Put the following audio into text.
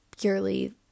purely